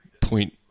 point –